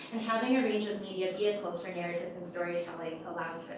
and having a range of media vehicles for narratives and storytelling allows